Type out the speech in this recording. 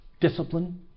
discipline